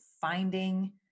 finding